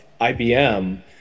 ibm